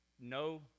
No